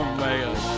man